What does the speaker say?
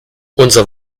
unser